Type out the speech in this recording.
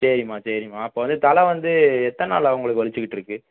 சரிம்மா சரிம்மா இப்போ வந்து தலை வந்து எத்தனை நாளாக உங்களுக்கு வலிச்சுக்கிட்டு இருக்குது